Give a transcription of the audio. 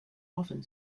often